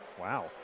wow